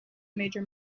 major